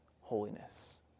holiness